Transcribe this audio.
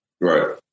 Right